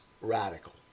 radical